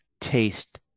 taste